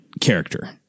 character